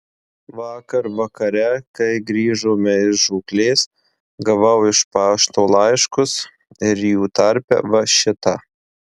vakar vakare kai grįžome iš žūklės gavau iš pašto laiškus ir jų tarpe va šitą